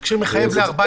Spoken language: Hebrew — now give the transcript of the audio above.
התקשי"ר מחייב ל-14.